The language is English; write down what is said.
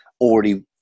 already